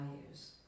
values